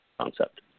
concept